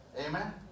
Amen